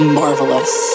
marvelous